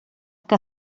que